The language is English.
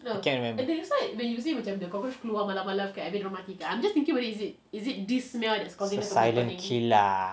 can't remember is is a silent killer